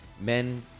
men